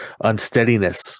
unsteadiness